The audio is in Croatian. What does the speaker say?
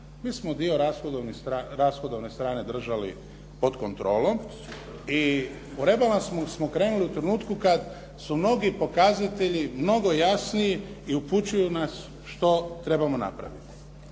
Mi smo dio rashodovne strane držali pod kontrolom i u rebalans smo krenuli u trenutku kad su mnogi pokazatelji mnogo jasniji i upućuju nas što trebamo napraviti.